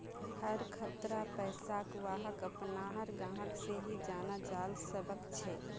हर खातार पैसाक वहार अपनार ग्राहक से ही जाना जाल सकछे